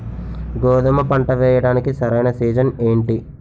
గోధుమపంట వేయడానికి సరైన సీజన్ ఏంటి?